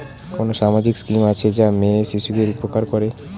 কোন সামাজিক স্কিম আছে যা মেয়ে শিশুদের উপকার করে?